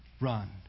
run